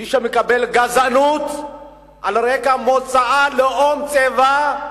מי שמקבל גזענות על רקע מוצא, לאום צבע,